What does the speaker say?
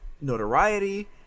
notoriety